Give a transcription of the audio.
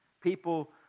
People